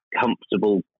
comfortable